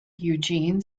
eugene